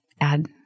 add